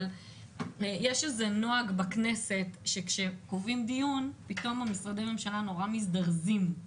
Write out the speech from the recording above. יש נוהג בכנסת שכקובעים דיון פתאום משרדי הממשלה מזדרזים.